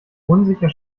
unsicher